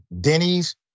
Denny's